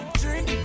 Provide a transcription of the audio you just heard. drink